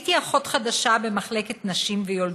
הייתי אחות חדשה במחלקת נשים ויולדות.